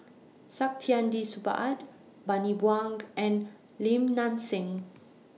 Saktiandi Supaat Bani Buang and Lim Nang Seng